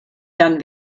dann